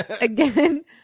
again